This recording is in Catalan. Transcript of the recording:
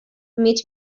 mig